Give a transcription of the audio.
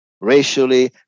racially